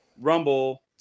rumble